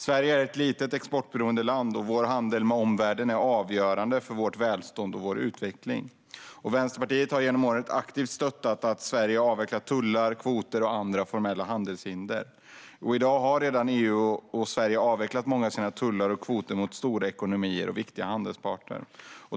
Sverige är ett litet exportberoende land. Vår handel med omvärlden är avgörande för vårt välstånd och vår utveckling. Vänsterpartiet har genom åren aktivt stött att Sverige har avvecklat tullar, kvoter och andra formella handelshinder. I dag har redan EU och Sverige avvecklat många av sina tullar och kvoter mot stora ekonomier och viktiga handelspartner.